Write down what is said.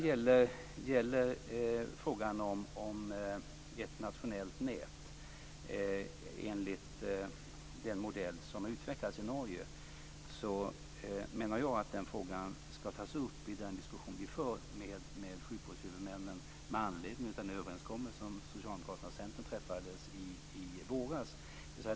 Jag menar att frågan om ett nationellt nät enligt den modell som har utvecklats i Norge ska tas upp i den diskussion som vi för med sjukvårdshuvudmännen med anledning av den överenskommelse som Socialdemokraterna och Centern träffade i våras.